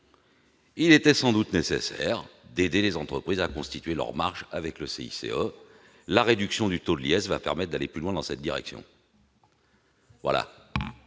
« était sans doute nécessaire d'aider les entreprises à reconstituer leurs marges avec le CICE. La réduction du taux de l'impôt sur les sociétés va permettre d'aller plus loin dans cette direction. »